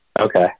Okay